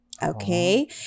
Okay